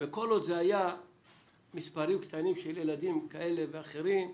וכל עוד זה היה מספרים קטנים של ילדים כאלה ואחרים,